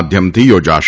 માધ્યમથી યોજાશે